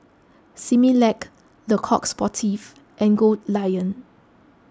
Similac Le Coq Sportif and Goldlion